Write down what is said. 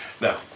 Now